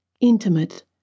intimate